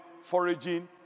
foraging